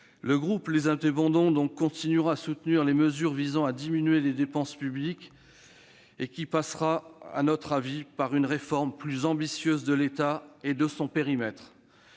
Le groupe Les Indépendants continuera de soutenir les mesures visant à diminuer les dépenses publiques. Cela nécessitera, selon nous, une réforme plus ambitieuse de l'État et de son périmètre.